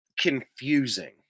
confusing